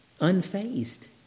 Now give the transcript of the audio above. unfazed